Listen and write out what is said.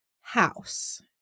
house